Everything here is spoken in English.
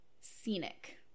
scenic